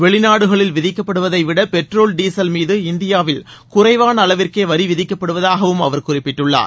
வெளிநாடுகளில் விதிக்கப்படுவதை விட பெட்ரோல் டீசல் மீது இந்தியாவில் குறைவான அளவிற்கே வரிவிதிக்கப்படுவதாகவும் அவர் குறிப்பிட்டுள்ளார்